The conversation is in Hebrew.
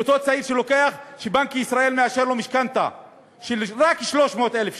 אותו צעיר שבנק ישראל מאשר לו משכנתה רק של 300,000 שקל.